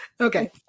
okay